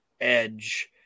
edge